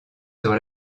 sur